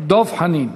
דב חנין.